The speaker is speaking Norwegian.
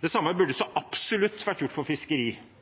Det samme burde så absolutt ha vært gjort for